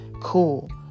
cool